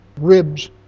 ribs